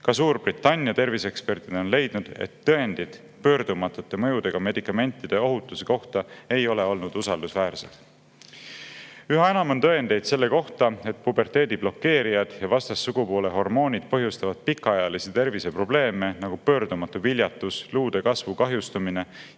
Ka Suurbritannia terviseeksperdid on leidnud, et tõendid pöördumatute mõjudega medikamentide ohutuse kohta ei ole olnud usaldusväärsed. Üha enam on tõendeid selle kohta, et puberteedi blokeerijad ja vastassugupoole hormoonid põhjustavad pikaajalisi terviseprobleeme, nagu pöördumatu viljatus, luude kasvu kahjustumine ja muu